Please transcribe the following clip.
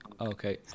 okay